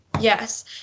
Yes